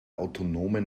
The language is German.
autonomen